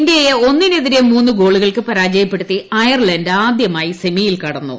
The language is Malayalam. ഇന്ത്യയെ ഒന്നിനെതിരെ മൂന്ന് ഗോളുകൾക്ക് പരാജയപ്പെടുത്തി അയർലന്റ് ആദ്യമായി സെമിയിൽ കടന്നു